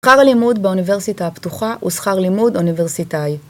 שכר הלימוד באוניברסיטה הפתוחה הוא שכר לימוד אוניברסיטאי